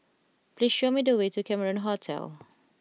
please show me the way to Cameron Hotel